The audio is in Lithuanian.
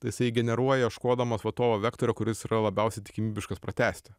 tai jisai generuoja ieškodamas va to vektorio kuris yra labiausiai tikimybiškas pratęsti